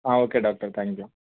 okay doctor thank you